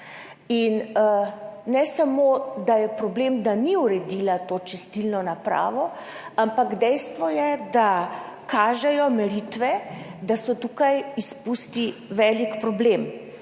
Ne samo, da je problem, da ni uredila te čistilne naprave, ampak je tudi dejstvo, da kažejo meritve, da so tukaj izpusti velik problem.